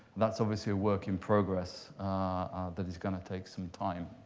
that's obviously a work in progress that is going to take some time.